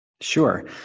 Sure